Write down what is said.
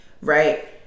right